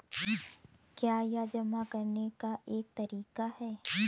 क्या यह जमा करने का एक तरीका है?